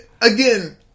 again